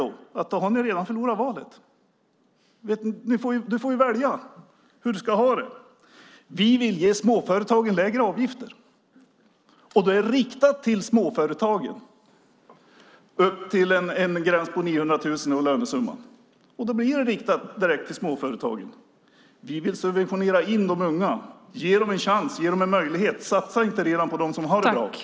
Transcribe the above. Då har ni redan förlorat valet. Du får välja hur du ska ha det. Vi vill ge småföretagen lägre avgifter. Det är riktat till småföretagen. Det är upp till en gräns på 900 000 av lönesumman, och då blir det riktat direkt till småföretagen. Vi vill subventionera in de unga, ge dem en chans och ge dem en möjlighet. Satsa inte på dem som redan har det bra!